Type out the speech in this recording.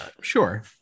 sure